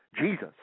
Jesus